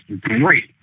great